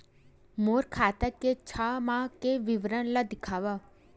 मोर खाता के छः माह के विवरण ल दिखाव?